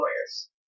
lawyers